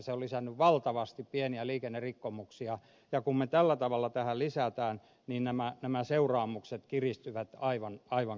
se on lisännyt valtavasti pieniä liikennerikkomuksia ja kun me tällä tavalla tähän lisäämme niin nämä seuraamukset kiristyvät aivan kauheasti